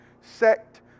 sect